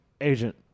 Agent